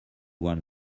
one